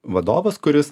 vadovas kuris